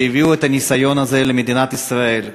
והביאו את הניסיון הזה למדינת ישראל,